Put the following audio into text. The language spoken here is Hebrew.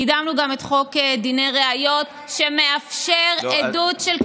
קידמנו גם את חוק דיני ראיות, שמאפשר, רגע,